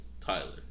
Tyler